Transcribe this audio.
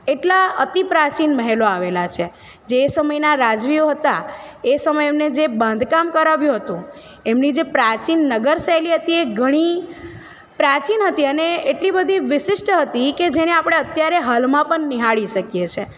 એટલા અતિપ્રાચીન મહેલો આવેલા છે જે એ સમયના રાજવીઓ હતા એ સમયે એમને જે બાંધકામ કરાવ્યું હતું એમની જે પ્રાચીન નગરશૈલી હતી એ ઘણી પ્રાચીન હતી અને એટલી બધી વિશિષ્ટ હતી કે જેને આપણે અત્યારમાં હાલમાં પણ નિહાળી શકીએ છે